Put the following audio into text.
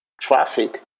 traffic